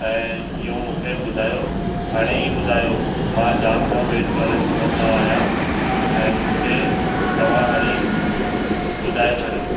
ऐं इहो मूंखे ॿुधायो हाणे ई ॿुधायो मां जामु न वेट करे सघंदो आहियां ऐं मूंखे तव्हां हाणे ई ॿुधाए छॾियो